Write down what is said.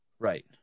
right